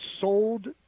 sold